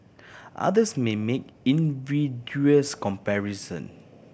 others may make invidious comparison